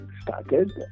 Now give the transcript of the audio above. Started